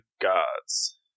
Gods